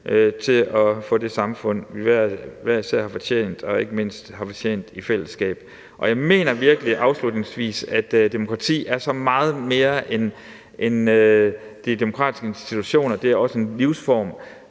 til at få det samfund, vi hver især har fortjent, og som vi ikke mindst har fortjent i fællesskab. Jeg mener afslutningsvis virkelig, at demokrati er så meget mere end de demokratiske institutioner. Det er også en livsform,